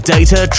Data